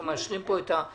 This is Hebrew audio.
אנחנו מאשרים פה את הסיוע,